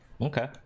okay